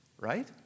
right